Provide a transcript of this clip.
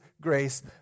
grace